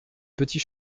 petit